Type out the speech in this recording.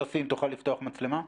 יוסי, אם תוכל לפתוח את המצלמה.